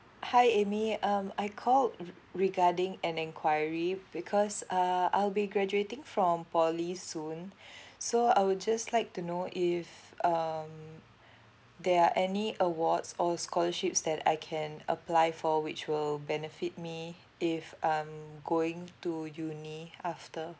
hi amy um I call re~ regarding an enquiry because uh I'll be graduating from poly soon so I would just like to know if um there are any awards or scholarships that I can apply for which will benefit me if I'm going to uni after